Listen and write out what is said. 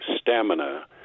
stamina